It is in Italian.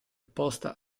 post